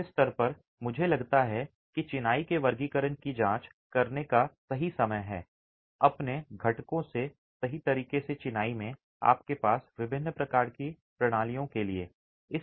इस स्तर पर मुझे लगता है कि चिनाई के वर्गीकरण की जांच करने का सही समय है अपने घटकों से सही तरीके से चिनाई में आपके पास विभिन्न प्रकार की प्रणालियों के लिए